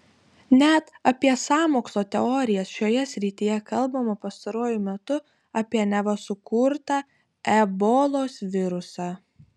net apie sąmokslo teorijas šioje srityje kalbama pastaruoju metu apie neva sukurtą ebolos virusą